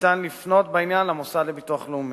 ניתן לפנות בעניין למוסד לביטוח לאומי.